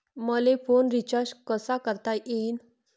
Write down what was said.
मले phone recharge कसा करता येईन?